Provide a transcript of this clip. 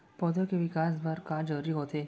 पौधे के विकास बर का का जरूरी होथे?